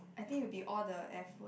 I think it will be all the F word